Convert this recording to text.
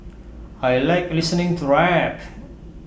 I Like listening to rap